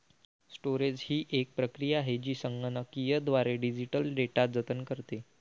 storage ही एक प्रक्रिया आहे जी संगणकीयद्वारे डिजिटल डेटा जतन करते